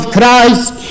Christ